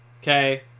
Okay